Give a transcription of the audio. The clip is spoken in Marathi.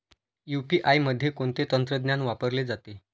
यू.पी.आय मध्ये कोणते तंत्रज्ञान वापरले जाते?